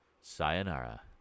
sayonara